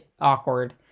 awkward